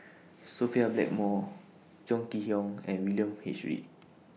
Sophia Blackmore Chong Kee Hiong and William H Read